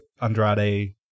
andrade